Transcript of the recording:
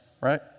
right